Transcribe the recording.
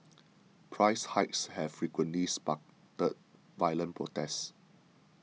price hikes have frequently sparked violent protests